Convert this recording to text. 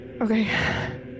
okay